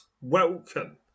welcome